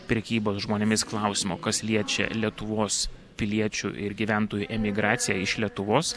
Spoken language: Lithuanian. prekybos žmonėmis klausimo kas liečia lietuvos piliečių ir gyventojų emigraciją iš lietuvos